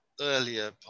earlier